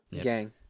Gang